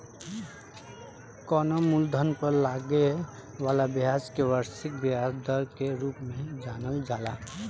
कवनो मूलधन पर लागे वाला ब्याज के वार्षिक ब्याज दर के रूप में जानल जाला